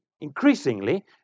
increasingly